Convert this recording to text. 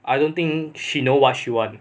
I don't think she know what she want